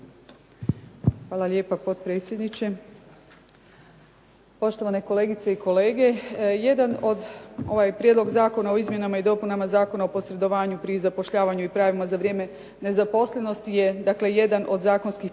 Hvala lijepa, potpredsjedniče. Poštovane kolegice i kolege. Ovaj Prijedlog zakona o izmjenama i dopunama Zakona o posredovanju pri zapošljavanju i pravima za vrijeme nezaposlenosti je dakle jedan od zakonskih